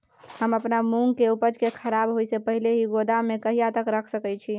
हम अपन मूंग के उपजा के खराब होय से पहिले ही गोदाम में कहिया तक रख सके छी?